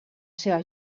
seva